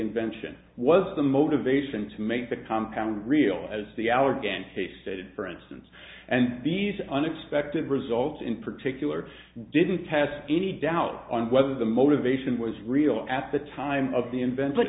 invention was the motivation to make the compound real as the allegheny basted for instance and these unexpected results in particular didn't test any doubt on whether the motivation was real at the time of the invent